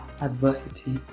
adversity